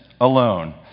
alone